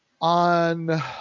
on